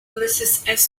ulysses